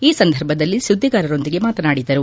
ಈ ಸಂದರ್ಭದಲ್ಲಿ ಸುದ್ದಿಗಾರರೊಂದಿಗೆ ಮಾತನಾಡಿದರು